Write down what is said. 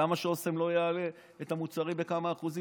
למה שאסם לא תעלה את המוצרים בכמה אחוזים?